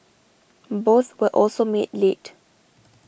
both were also made late